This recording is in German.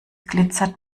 glitzert